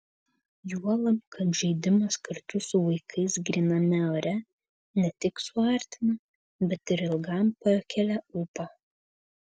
juolab kad žaidimas kartu su vaikais gryname ore ne tik suartina bet ir ilgam pakelia ūpą